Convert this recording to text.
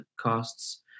costs